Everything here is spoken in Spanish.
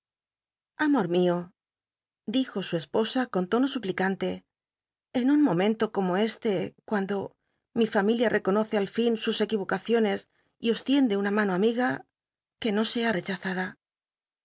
amor mio dijo su esposa con tono suplica nte en un momento como este cuando mi familia reconoce al ftn sus cqui ocacioncs y os tiende una mano amiga c ue no sea rechazada